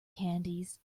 candies